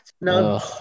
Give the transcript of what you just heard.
No